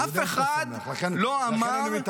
אני יודע שאתה שמח, לכן אני מתערב.